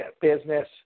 business